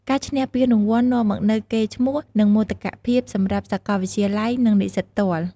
ការឈ្នះពានរង្វាន់នាំមកនូវកេរ្តិ៍ឈ្មោះ និងមោទកភាពសម្រាប់សាកលវិទ្យាល័យ និងនិស្សិតផ្ទាល់។